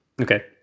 Okay